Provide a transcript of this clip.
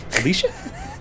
Alicia